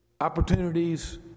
opportunities